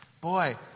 Boy